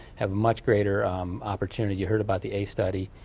have much greater opportunity. you heard about the ace study,